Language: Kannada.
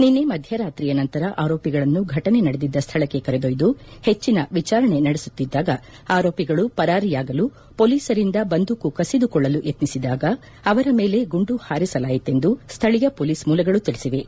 ನಿನ್ನೆ ಮಧ್ಯರಾತ್ರಿಯ ನಂತರ ಆರೋಪಗಳನ್ನು ಘಟನೆ ನಡೆದಿದ್ದ ಸ್ವಳಕ್ಕೆ ಕರೆದೊಯ್ದು ಹೆಚ್ಚನ ವಿಚಾರಣೆ ನಡೆಸುತ್ತಿದ್ದಾಗ ಆರೋಪಿಗಳು ಪರಾರಿಯಾಗಲು ಪೊಲೀಸರಿಂದ ಬಂದೂಕು ಕಸಿದುಕೊಳ್ಳಲು ಯತ್ನಿಸಿದಾಗ ಅವರ ಮೇಲೆ ಗುಂಡು ಹಾರಿಸಲಾಯಿತೆಂದು ಸ್ನಳೀಯ ಪೊಲೀಸ್ ಮೂಲಗಳು ತಿಳಿಸಿವೆ